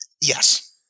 Yes